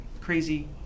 crazy